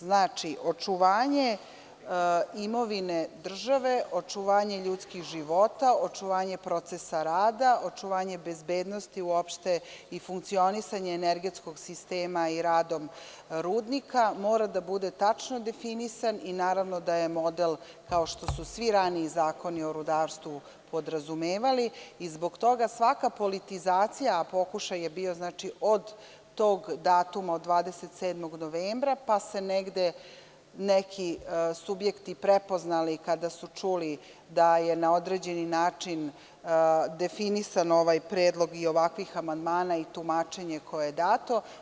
Znači, očuvanje imovine države, očuvanje ljudskih života, očuvanje procesa rada, očuvanje bezbednosti i funkcionisanje energetskog sistema i rada rudnika, mora da bude tačno definisan i naravno da je model, kao što su svi raniji zakoni o rudarstvu podrazumevali i zbog toga svaka politizacija, a pokušaj je bio od tog datuma, od 27. novembra, pa su se negde neki subjekti prepoznali kada su čuli da je na određeni način definisan ovaj predlog i ovakvih amandmana i tumačenje koje je dato.